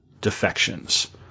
defections